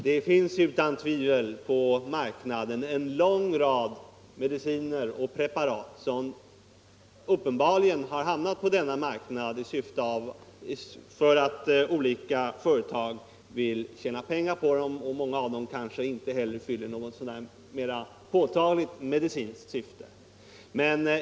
Det finns ute på marknaden en lång rad mediciner och preparat som uppenbarligen har hamnat där därför att olika företag har velat tjäna pengar på dem, och många av de preparaten fyller kanske inte någon mera påtaglig medicinsk funktion.